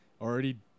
already